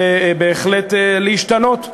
ובהחלט להשתנות,